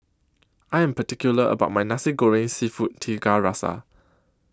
I Am particular about My Nasi Goreng Seafood Tiga Rasa